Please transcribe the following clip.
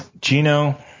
Gino